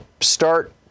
start